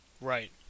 Right